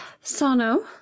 Sano